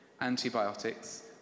Antibiotics